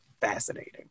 fascinating